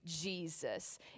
Jesus